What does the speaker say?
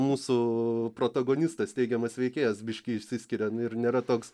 mūsų protagonistas teigiamas veikėjas biškį išsiskiria ir nėra toks